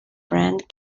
brand